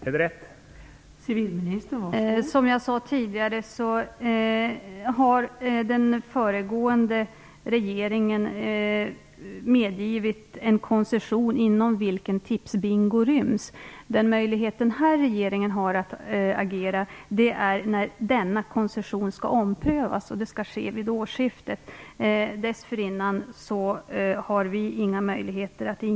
Är det rätt uppfattat?